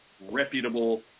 reputable